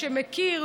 שמכיר,